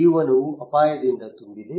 ಜೀವನವು ಅಪಾಯದಿಂದ ತುಂಬಿದೆ